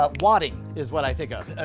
ah wadding is what i think of.